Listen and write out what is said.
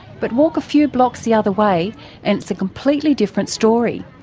but walk a few blocks the other way and it's a completely different story.